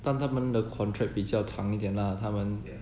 但他们的 contract 比较长一点 lah 他们